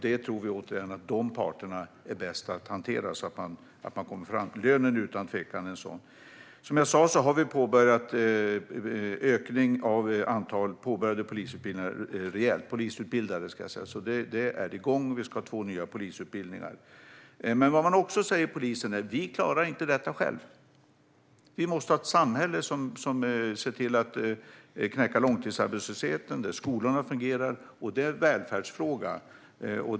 Detta tror vi att de parterna kan hantera bäst, så att man kommer fram. Lönen ingår utan tvekan i detta. Som jag sa har vi påbörjat en rejäl ökning av antalet polisutbildade. Det är igång. Vi ska ha två nya polisutbildningar. Vad man också säger inom polisen är: Vi klarar inte detta själva. Vi måste ha ett samhälle som knäcker långtidsarbetslösheten och där skolorna fungerar, säger de. Detta är en välfärdsfråga.